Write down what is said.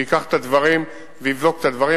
שייקח את הדברים ויבדוק את הדברים.